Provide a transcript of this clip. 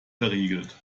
verriegelt